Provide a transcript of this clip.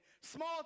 small